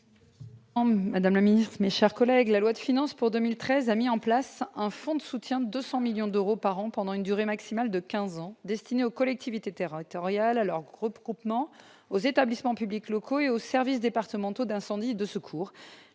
Mme Nathalie Delattre. La loi de finances pour 2013 a mis en place un fonds de soutien de 200 millions d'euros par an pendant une durée maximale de quinze ans, destiné aux collectivités territoriales, à leurs groupements, aux établissements publics locaux et aux services départementaux d'incendie et de secours,